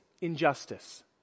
injustice